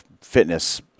fitness